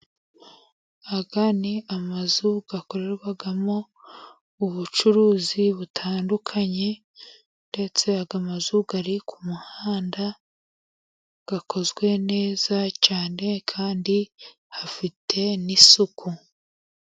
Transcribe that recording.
Aya ni amazu, akorerwamo ubucuruzi butandukanye ndetse aya mazu, ari ku muhanda akozwe neza cyane kandi hafite n'isuku.